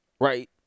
right